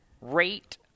rate